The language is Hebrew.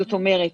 זאת אומרת